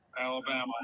Alabama